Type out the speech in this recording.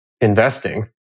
Investing